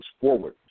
forward